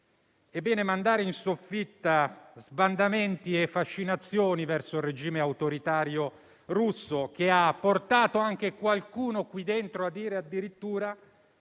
è bene mandare in soffitta sbandamenti e fascinazioni verso il regime autoritario russo che ha portato anche qualcuno qui dentro a dire addirittura